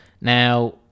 Now